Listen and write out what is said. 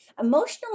Emotional